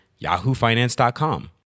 yahoofinance.com